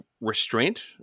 restraint